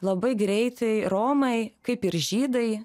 labai greitai romai kaip ir žydai